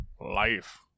life